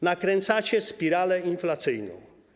Nakręcacie spiralę inflacyjną.